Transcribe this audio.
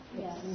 Yes